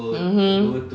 mmhmm